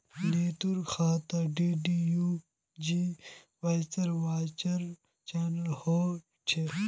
नीतूर खातात डीडीयू जीकेवाईर वाउचर चनई होल छ